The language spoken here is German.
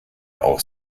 auch